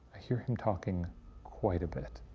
hear him talking quite a bit,